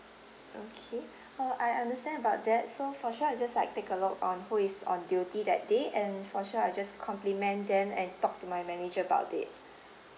okay uh I understand about that so for sure I just like take a look on who is on duty that day and for sure I just compliment them and talk to my manager about it